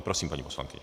Prosím, paní poslankyně.